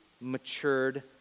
matured